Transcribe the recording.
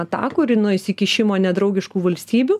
atakų ir nuo įsikišimo nedraugiškų valstybių